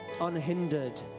unhindered